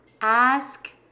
ask